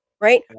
right